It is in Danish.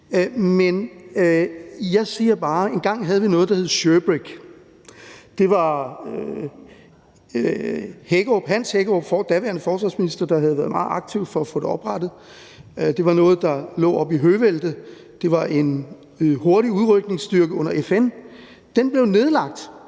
Men jeg siger bare, at vi engang havde noget, der hed SHIRBRIG. Det var Hans Hækkerup, daværende forsvarsminister, der havde været meget aktiv for at få det oprettet. Det var noget, der lå oppe i Høvelte. Det var en hurtig udrykningsstyrke under FN. Den blev nedlagt,